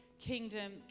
kingdom